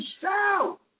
shout